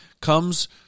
comes